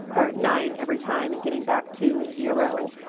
or nine every time and getting back to zero,